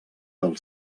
del